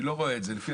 אני לא רואה את זה.